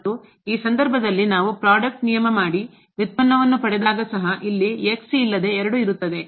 ಮತ್ತು ಈ ಸಂದರ್ಭದಲ್ಲಿ ನಾವು ಪ್ರಾಡಕ್ಟ್ ನಿಯಮ ಮಾಡಿ ವ್ಯುತ್ಪನ್ನವನ್ನು ಪಡೆದಾಗ ಸಹ ಇಲ್ಲಿ x ಇಲ್ಲದೆ 2 ಇರುತ್ತದೆ